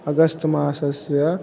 August मासस्य